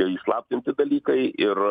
tie įslaptinti dalykai ir